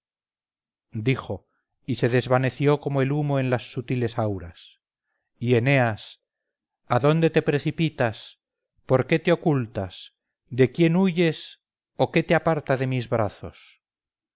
dijo y se desvaneció como el huno en las sutiles auras y eneas adónde te precipitas por qué te ocultas de quién huyes o qué te aparta de mis brazos